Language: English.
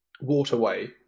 waterway